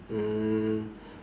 mm